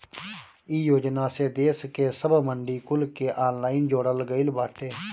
इ योजना से देस के सब मंडी कुल के ऑनलाइन जोड़ल गईल बाटे